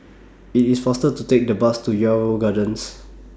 IT IS faster to Take The Bus to Yarrow Gardens